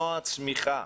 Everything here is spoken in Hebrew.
צמיחה.